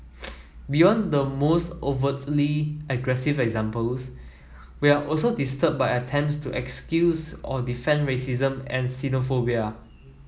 beyond the most overtly aggressive examples we are also disturbed by attempts to excuse or defend racism and xenophobia